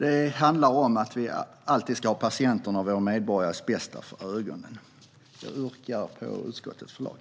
Det handlar om att vi alltid ska ha patienternas och våra medborgares bästa för ögonen. Jag yrkar bifall till utskottets förslag.